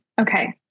Okay